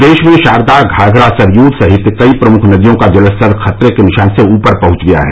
प्रदेश में शारदा घाघरा सरयू सहित कई प्रमुख नदियों का जलस्तर खतरे के निशान से ऊपर पहुंच गया है